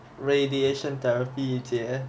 radiation therapy j~